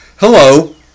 Hello